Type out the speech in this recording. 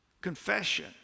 confession